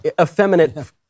Effeminate